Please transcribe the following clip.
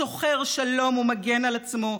שוחר שלום ומגן על עצמו,